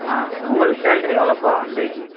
ஆ உங்களுக்கு சேலரி எவ்வளோபா ஒன் டேக்கு